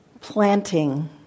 planting